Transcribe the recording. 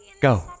Go